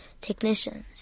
technicians